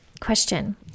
question